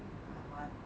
like what